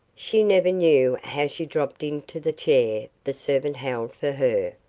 she never knew how she dropped into the chair the servant held for her.